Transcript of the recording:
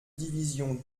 division